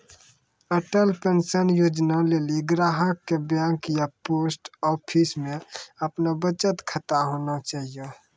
Atal pension योजना लेली ग्राहक के बैंक या पोस्ट आफिसमे अपनो बचत खाता होना चाहियो